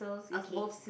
okay